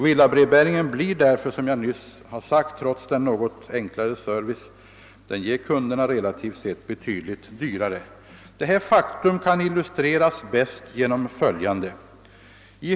Villabrevbäringen blir därför, såsom jag nyss sagt, trots den något enklare service den ger kunderna relativt sett dyrare. Detta faktum kan illustreras på följande sätt.